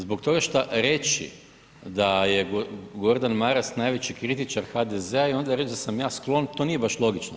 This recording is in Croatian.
Zbog toga šta reći da je Gordan Maras najveći kritičar HDZ-a i onda reći da sam ja sklon, to nije baš logično.